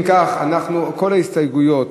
אם כך, כל ההסתייגויות